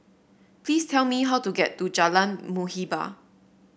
please tell me how to get to Jalan Muhibbah